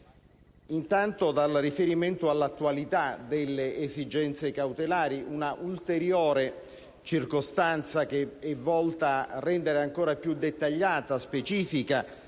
Intanto, dal riferimento all'attualità delle esigenze cautelari, una ulteriore circostanza che è volta a rendere ancora più dettagliata e specifica